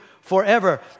forever